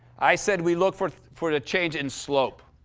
i said we looked for for the change in slope.